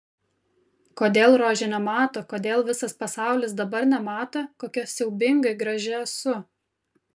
kodėl rožė nemato kodėl visas pasaulis dabar nemato kokia siaubingai graži esu